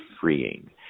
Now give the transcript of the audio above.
freeing